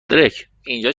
درکاینجا